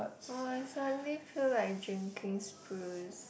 oh I suddenly feel like drinking Spruce